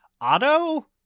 Otto